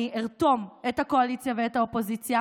אני ארתום את הקואליציה ואת האופוזיציה